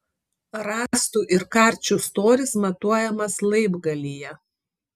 rąstų ir karčių storis matuojamas laibgalyje